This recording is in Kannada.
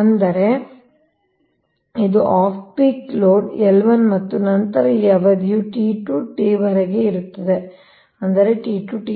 ಅಂದರೆ ಇದು ಆಫ್ ಪೀಕ್ ಲೋಡ್ L1 ಮತ್ತು ನಂತರ ಈ ಅವಧಿಯು t ನಿಂದ T ವರೆಗೆ ಇರುತ್ತದೆ ಅಂದರೆ T t